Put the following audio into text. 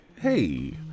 Hey